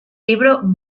libro